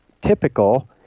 typical